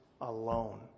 alone